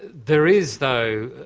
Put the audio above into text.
there is though,